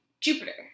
Jupiter